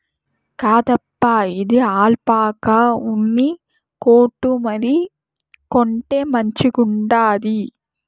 కాదప్పా, ఇది ఆల్పాకా ఉన్ని కోటు మరి, కొంటే మంచిగుండాది